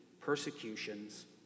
persecutions